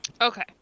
Okay